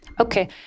Okay